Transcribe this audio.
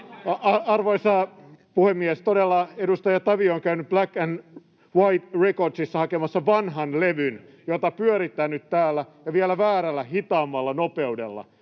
Arvoisa puhemies! Todella edustaja Tavio on käynyt Black and White Recordsissa hakemassa vanhan levyn, jota pyörittää nyt täällä ja vielä väärällä, hitaammalla nopeudella.